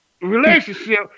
relationship